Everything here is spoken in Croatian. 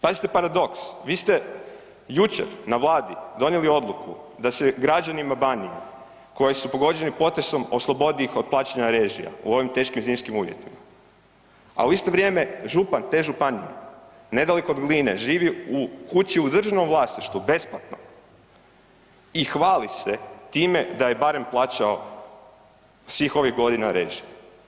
Pazite paradoks, vi ste jučer na Vladi donijeli odluku da se građanima Banije koji su pogođeni potresom oslobodi ih plaćanja režija u ovim teškim zimskim uvjetima, a u isto vrijeme župan te županije nedaleko od Gline živi u kući u državnom vlasništvu besplatno i hvali se time da je barem plaćao svih ovih godina režije.